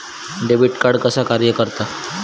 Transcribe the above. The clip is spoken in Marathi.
डेबिट कार्ड कसा कार्य करता?